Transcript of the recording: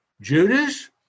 Judas